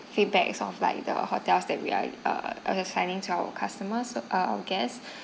feedback sort of like the hotels that we're uh assigning to our customers uh our guests